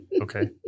Okay